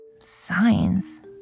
Signs